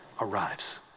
arrives